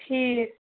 ٹھیٖک